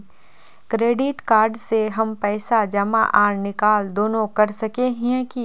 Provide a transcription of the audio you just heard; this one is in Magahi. क्रेडिट कार्ड से हम पैसा जमा आर निकाल दोनों कर सके हिये की?